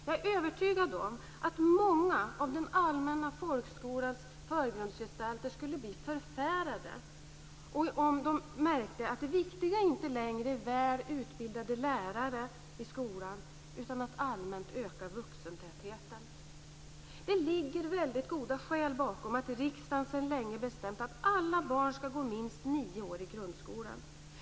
Jag är övertygad om att många av den allmänna folkskolans förgrundsgestalter skulle bli förfärade om de märkte att det viktiga inte längre är väl utbildade lärare i skolan, utan att allmänt öka vuxentätheten. Det ligger väldigt goda skäl bakom att riksdagen sedan länge bestämt att alla barn ska gå minst nio år i grundskolan.